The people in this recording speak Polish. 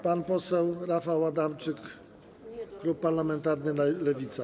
Pan poseł Rafał Adamczyk, klub parlamentarny Lewica.